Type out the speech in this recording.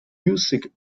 music